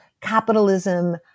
capitalism